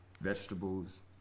vegetables